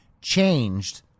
changed